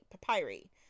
papyri